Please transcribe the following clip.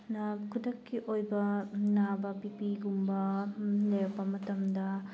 ꯅ ꯈꯨꯗꯛꯀꯤ ꯑꯣꯏꯕ ꯅꯥꯕ ꯕꯤꯄꯤꯒꯨꯝꯕ ꯂꯩꯔꯛꯄ ꯃꯇꯝꯗ